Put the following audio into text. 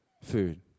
food